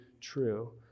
true